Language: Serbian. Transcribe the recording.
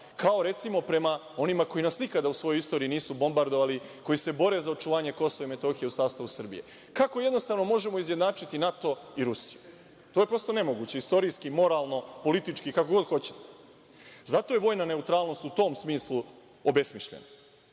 kao recimo prema onima koji nas nikada u svojoj istoriji nisu bombardovali, koji se bore za očuvanje KiM u sastavu Srbije? Kako jednostavno možemo izjednačiti NATO i Rusiju? To je prosto nemoguće, istorijski, moralno, politički, kako god hoćete. Zato je vojna neutralnost u tom smislu obesmišljena. Postavlja